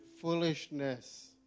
Foolishness